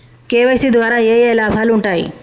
KYC ద్వారా ఏఏ లాభాలు ఉంటాయి?